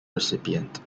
recipient